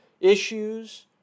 issues